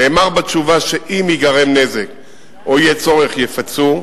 נאמר בתשובה שאם ייגרם נזק או יהיה צורך, יפצו.